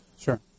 Sure